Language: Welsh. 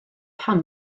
pam